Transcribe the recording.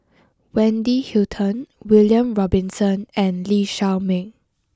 Wendy Hutton William Robinson and Lee Shao Meng